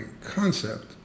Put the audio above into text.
concept